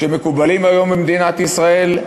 שמקובלים היום במדינת ישראל.